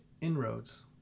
inroads